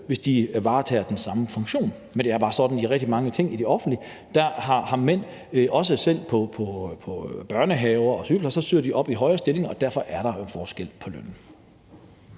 hvis de varetager den samme funktion, men det er bare sådan, at med rigtig mange ting i det offentlige har mænd, også selv på børnehave- eller sygeplejeområdet, søgt op i højere stillinger, og derfor er der forskel på lønnen.